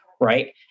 right